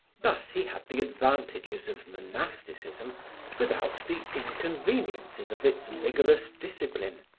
thus he had the advantages of monasticism without the inconveniences of its vigorous discipline,